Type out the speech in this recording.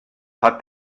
hat